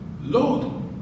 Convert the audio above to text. Lord